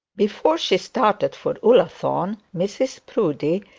before she started for ullathorne, mrs proudie,